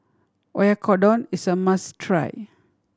Oyakodon is a must try